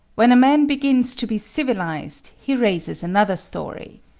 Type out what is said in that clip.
when a man begins to be civilized he raises another story.